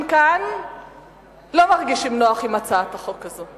כאן לא מרגישים נוח עם הצעת החוק הזו,